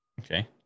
okay